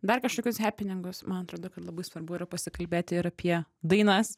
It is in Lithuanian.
dar kažkokius hepiningus man atrodo kad labai svarbu yra pasikalbėti ir apie dainas